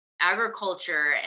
agriculture